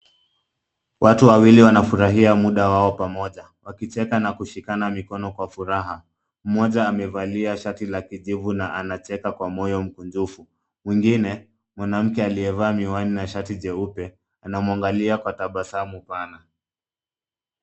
Watu wawili wanafurahia muda wao pamoja, wakicheka na kushikana mikono kwa furaha. Mmoja amevalia shati la kijivu na anacheka kwa moyo mkunjufu, mwingine, mwanamke aliyevaa miwani na shati jeupe, anamwangalia kwa tabasamu pana.